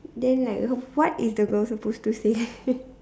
then like what is the girl's supposed to say